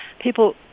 people